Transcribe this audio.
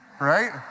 Right